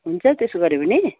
हुन्छ त्यसो गऱ्यो भने